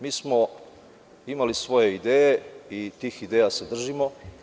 Mi smo imali svoje ideje i tih ideja se držimo.